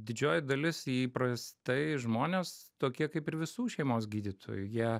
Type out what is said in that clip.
didžioji dalis įprastai žmonės tokie kaip ir visų šeimos gydytojų jie